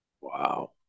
wow